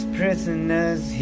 prisoners